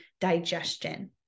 digestion